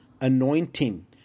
anointing